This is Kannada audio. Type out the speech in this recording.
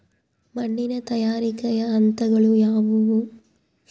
ಮಣ್ಣಿನ ತಯಾರಿಕೆಯ ಹಂತಗಳು ಯಾವುವು?